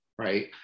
right